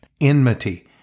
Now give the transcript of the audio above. Enmity